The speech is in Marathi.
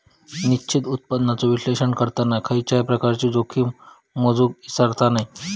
निश्चित उत्पन्नाचा विश्लेषण करताना खयच्याय प्रकारची जोखीम मोजुक इसरता नये